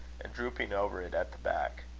and drooping over it at the back.